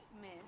Miss